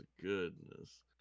goodness